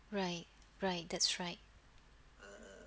right right that's right